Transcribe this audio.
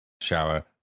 shower